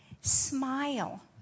smile